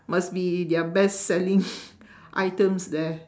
must be their best selling items there